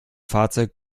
fahrzeug